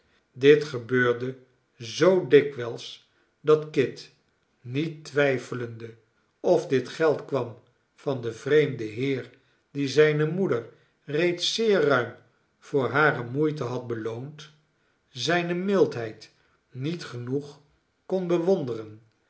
dit gebeurde zoo dikwijls dat kit niet twijfelende of dit geld kwam van den vreemden heer die zijne moeder reeds zeer ruim voor hare moeite had beloond zijne mildheid niet genoeg kon bewonderen